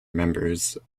members